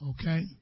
Okay